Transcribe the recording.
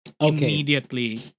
immediately